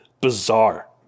bizarre